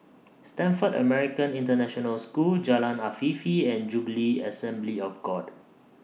Stamford American International School Jalan Afifi and Jubilee Assembly of God